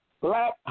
Black